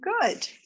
good